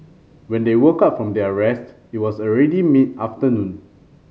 when they woke up from their rest it was already mid afternoon